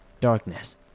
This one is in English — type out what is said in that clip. Darkness